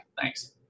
thanks